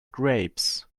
grapes